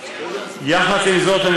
יחד עם זאת,